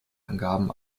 angaben